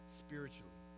spiritually